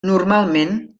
normalment